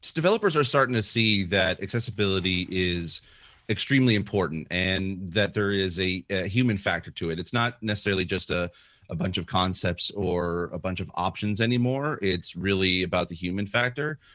developers are starting to see that accessibility is extremely important and that there is a human factor to it, it's not necessarily just ah a bunch of concepts or a bunch of options anymore, it's really about the human factor.